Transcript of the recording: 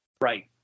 Right